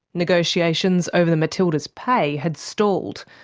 negotiations over the matildas' pay had stalled.